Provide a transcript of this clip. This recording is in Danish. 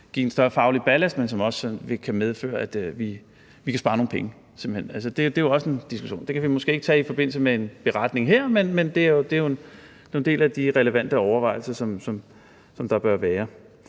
give en større faglig ballast, men som også kan medføre, at vi simpelt hen kan spare nogle penge? Det er jo også en diskussion. Det kan vi måske tage i forbindelse med en beretning her, men det er en del af de relevante overvejelser, som der bør være.